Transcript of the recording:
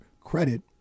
credit